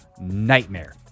nightmare